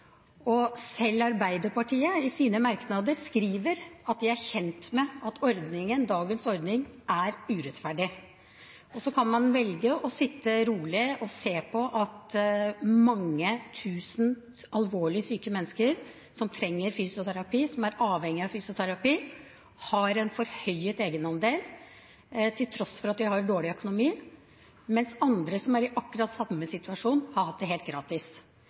og selv Arbeiderpartiet skriver i sine merknader at de er kjent med at dagens ordning er urettferdig. Man kan velge å sitte rolig og se på at mange tusen alvorlig syke mennesker som trenger fysioterapi, som er avhengig av fysioterapi, har en forhøyet egenandel, til tross for at de har dårlig økonomi, mens andre som er i akkurat samme situasjon, får det helt gratis.